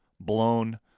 blown